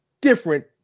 different